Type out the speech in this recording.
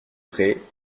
prés